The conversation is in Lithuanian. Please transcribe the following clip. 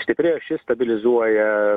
stipri ašis stabilizuoja